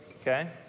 okay